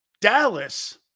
Dallas